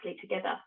together